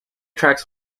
tracks